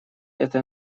это